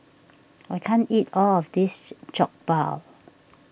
I can't eat all of this Jokbal